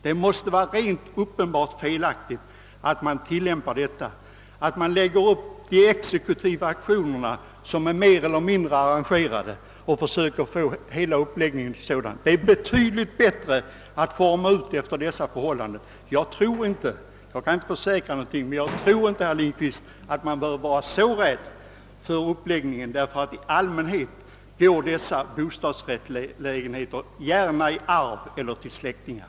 Det sätt på vilket man lägger upp de exekutiva auktionerna, som är mer eller mindre arrangerade, måste vara uppenbart felaktigt. Det är betydligt bättre att ge bestämmelserna den utformning de fått i det nya förslaget. Jag kan inte försäkra någonting, men jag tror inte, herr Lindkvist, att man behöver vara särskilt rädd för den nya utformningen av reglerna, eftersom bostadsrättslägenheterna mycket ofta går i arv eller överlåts till släktingar.